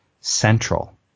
central